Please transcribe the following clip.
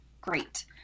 great